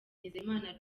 nizeyimana